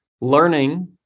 Learning